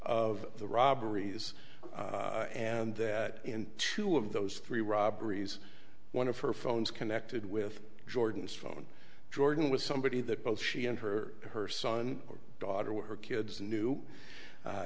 of the robberies and that in two of those three robberies one of her phones connected with jordan's phone jordan was somebody that both she and her her son or daughter were her kids knew